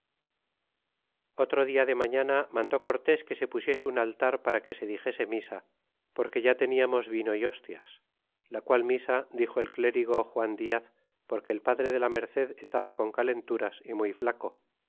otro dia de mañana mandó cortés que se pu siese un altar para que se dixese misa porque ya teniamos vino é hostias la qual misa dixo el clérigo juan diaz porque el padre de la merced estaba con calenturas y muy flaco